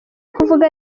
kuvuga